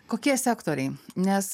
kokie sektoriai nes